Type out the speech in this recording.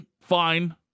fine